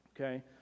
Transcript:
okay